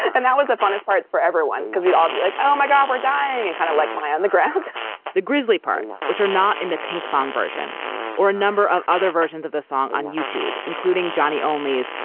and that was the funnest parts for everyone because we'd all be like, oh my god, we're dying. and kind of like lie on the ground the grizzly parts, which are not in the pinkfong version or a number of other versions of the song on youtube, including johnny only's,